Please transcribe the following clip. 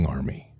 Army